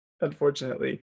unfortunately